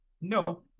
No